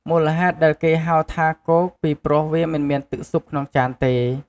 មូលហេតុដែលគេហៅថា "គោក" ពីព្រោះវាមិនមានទឹកស៊ុបក្នុងចានទេ។